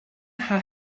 have